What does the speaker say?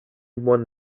one